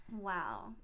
Wow